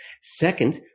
Second